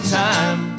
time